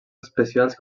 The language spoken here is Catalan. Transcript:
especials